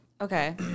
Okay